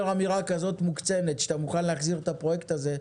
אמירה כזאת מוקצנת שאתה מוכן להחזיר את הפרויקט הזה,